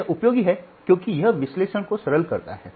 यह उपयोगी है क्योंकि यह विश्लेषण को सरल करता है